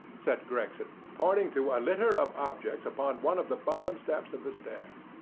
said gregson, pointing to a litter of objects upon one of the bottom steps of the stairs.